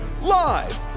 live